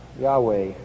Yahweh